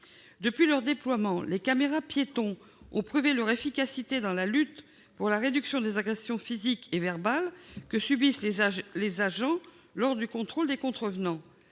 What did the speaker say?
Depuis leur déploiement, les caméras-piétons ont prouvé leur efficacité dans la lutte pour la réduction des agressions physiques et verbales que subissent les agents lors du contrôle de contrevenants.